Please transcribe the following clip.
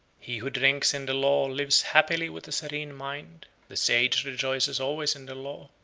he who drinks in the law lives happily with a serene mind the sage rejoices always in the law,